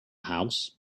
house